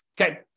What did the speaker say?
Okay